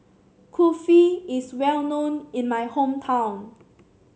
kulfi is well known in my hometown